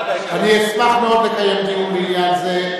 אני אשמח מאוד לקיים דיון בעניין זה,